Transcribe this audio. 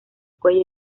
cuello